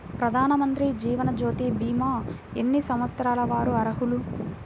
ప్రధానమంత్రి జీవనజ్యోతి భీమా ఎన్ని సంవత్సరాల వారు అర్హులు?